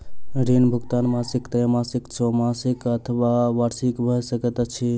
ऋण भुगतान मासिक त्रैमासिक, छौमासिक अथवा वार्षिक भ सकैत अछि